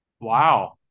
wow